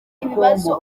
ibibazo